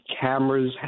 cameras